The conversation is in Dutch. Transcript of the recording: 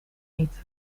niet